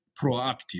proactive